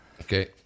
Okay